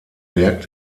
berg